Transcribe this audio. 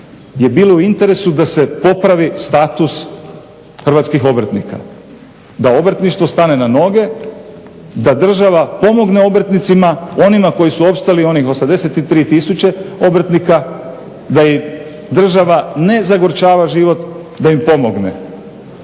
je bilo u interesu da se popravi status hrvatskih obrtnika, da obrtništvo stane na noge, da država pomogne obrtnicima, onima koji su opstali onih 83000 obrtnika, da im država ne zagorčava život, da im pomogne.